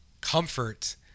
comfort